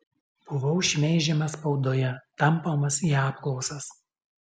buvau šmeižiamas spaudoje tampomas į apklausas